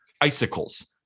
icicles